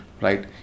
right